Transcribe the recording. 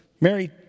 mary